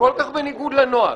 כל כך בניגוד לנוהל,